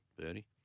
Bernie